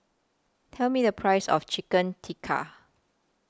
Tell Me The Price of Chicken Tikka